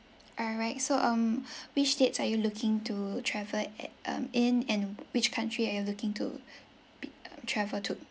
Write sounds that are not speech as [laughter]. all right so um [breath] which dates are you looking to travel at um in and which country are you looking to be travel to